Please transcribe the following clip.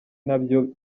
nabyo